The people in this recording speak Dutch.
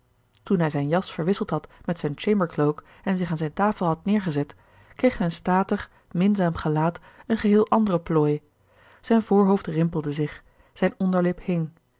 toen hij zijn jas verwisseld had met zijn chambercloak en zich aan zijne tafel had neergezet kreeg zijn statig minzaam gelaat een geheel anderen plooi zijn voorhoofd rimpelde zich zijn onderlip